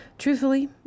Truthfully